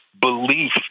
belief